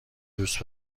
دوست